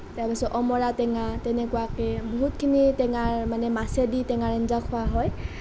তাৰ পাছত অমৰা টেঙা তেনেকুৱাকৈ বহুতখিনি টেঙাৰ মানে মাছেদি টেঙাৰ আঞ্জা খোৱা হয়